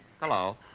Hello